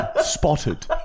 Spotted